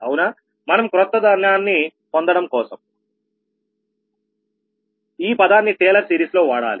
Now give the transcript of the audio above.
మనం క్రొత్తదాన్నిపొందడం కోసం ఈ పదాన్ని టేలర్ సిరీస్లో వాడాలి